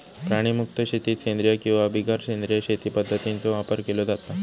प्राणीमुक्त शेतीत सेंद्रिय किंवा बिगर सेंद्रिय शेती पध्दतींचो वापर केलो जाता